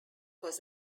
was